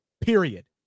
period